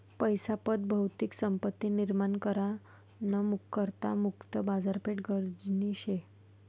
पैसा पत भौतिक संपत्ती निर्माण करा ना करता मुक्त बाजारपेठ गरजनी शे